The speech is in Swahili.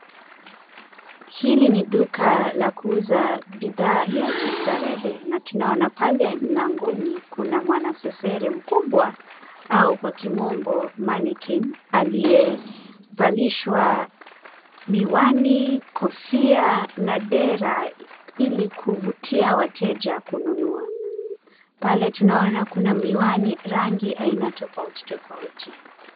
Hili ni duka la kuuza bidhaa ya kistarehe na tunaona pale mlangoni kuna mwanasesere mkubwa au kwa kimombo mannequin aliyevalishwa miwani, kofia na dera ili kuvutia wateja kununua. Pale tunaona kuna miwani rangi aina tofauti tofauti.